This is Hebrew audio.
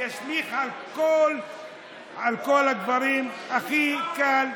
ואשליך על כל הדברים, הכי קל,